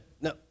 no